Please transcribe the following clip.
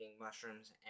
mushrooms